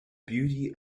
beauty